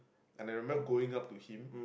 and I remember going up to him